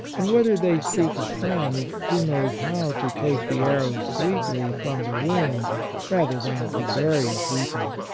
and whether they seek a friend, who knows how to take the arrow sweetly from the wound rather than to bury it deeper.